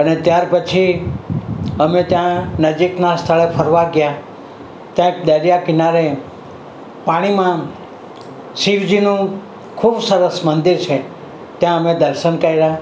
અને ત્યારપછી અમે ત્યાં નજીકના સ્થળે ફરવા ગયા ત્યાં દરિયા કિનારે પાણીમાં શિવજીનું ખૂબ સરસ મંદિર છે ત્યાં અમે દર્શન કર્યા